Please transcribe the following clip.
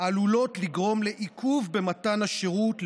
עלולה לגרום לעיכוב במתן השירות,